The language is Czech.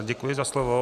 Děkuji za slovo.